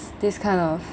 this kind of